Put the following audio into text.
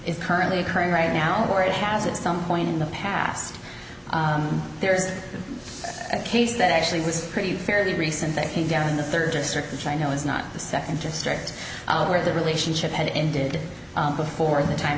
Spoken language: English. is currently occurring right now or it has at some point in the past there's a case that actually was pretty fairly recent that he got in the third district which i know is not the second just stretched out where the relationship had ended before the time